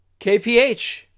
KPH